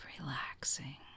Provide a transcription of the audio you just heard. relaxing